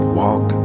walk